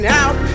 out